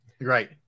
right